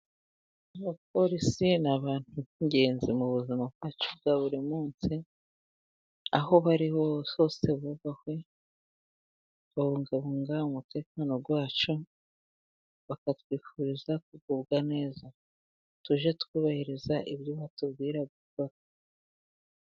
Abaporisi ni abantu b'ingenzi mu buzima bwacu bwa buri munsi, aho bari ho bose bubahwe babungabunga umutekano wacu bakatwifuriza kugubwa neza, tujye twubahiriza ibyo batubwira gukora.